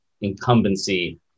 incumbency